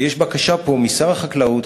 ויש פה בקשה משר החקלאות,